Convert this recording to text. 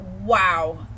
wow